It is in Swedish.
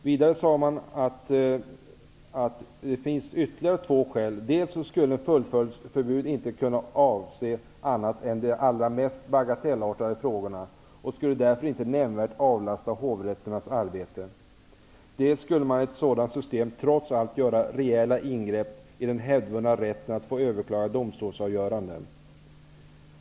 Vidare sade utredningen att det finns ytterligare två skäl: dels skulle fullföljdsförbud inte kunna avse annat än de allra mest bagatellartade frågorna och skulle därför inte nämnvärt avlasta hovrätternas arbete, dels skulle man i ett sådant system trots allt göra rejäla ingrepp i den hävdvunna rätten att överklaga domstolsavgöranden.